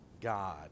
God